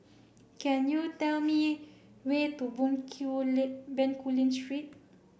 can you tell me way to Bencoolen Street